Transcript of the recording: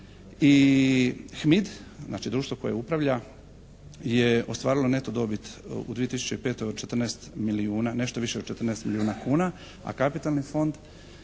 i, HMID, znači društvo koje upravlja je ostvarilo neto dobit u 2005. od 14 milijuna, nešto više od 14 milijuna kuna, a kapitalni fond